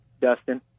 Dustin